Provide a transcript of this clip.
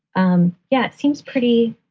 um yeah, it seems pretty,